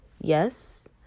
yes